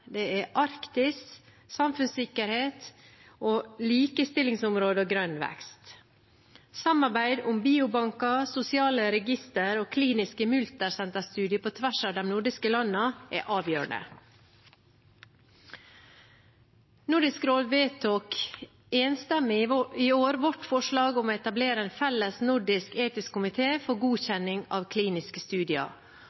Arktis, samfunnssikkerhet, likestillingsområdet og grønn vekst. Samarbeid om biobanker, sosiale register og kliniske multisenterstudier på tvers av de nordiske landene er avgjørende. Nordisk råd vedtok i år enstemmig vårt forslag om å etablere en felles nordisk etisk komité for